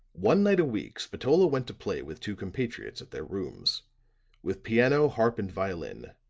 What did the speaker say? one night a week spatola went to play with two compatriots at their rooms with piano, harp and violin,